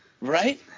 Right